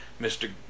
Mr